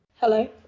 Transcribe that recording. Hello